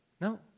No